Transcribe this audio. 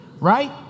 right